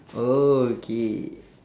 oh K